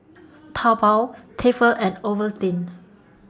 Taobao Tefal and Ovaltine